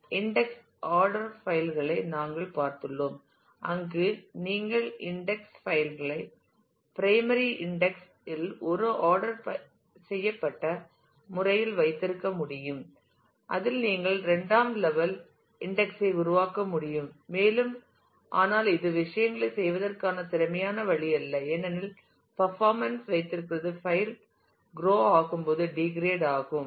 index order file களை நாங்கள் பார்த்துள்ளோம் அங்கு நீங்கள் இன்டெக்ஸ் பைல் ஐ பிரைமரி இன்டெக்ஸ் இல்ஒரு ஆர்டர் ப்படுத்தப்பட்ட முறையில் வைத்திருக்க முடியும் அதில் நீங்கள் இரண்டாம் லெவல் இன்டெக்ஸ் ஐ உருவாக்க முடியும் மேலும் ஆனால் இது விஷயங்களைச் செய்வதற்கான திறமையான வழி அல்ல ஏனெனில் பர்ஃபாமென்ஸ் வைத்திருக்கிறது பைல் குரோ ஆகும்போது டிகிரேட் ஆகும்